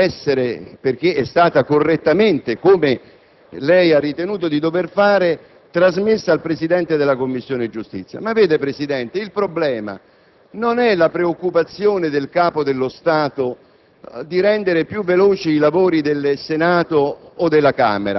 di una lettera privata, che poi tanto privata non doveva essere perché è stata correttamente - come lei ha ritenuto di dover fare - trasmessa al Presidente della Commissione giustizia. Ma veda, signor Presidente, il problema non è la preoccupazione del Capo dello Stato